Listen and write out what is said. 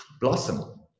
blossom